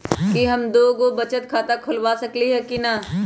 कि हम दो दो गो बचत खाता खोलबा सकली ह की न?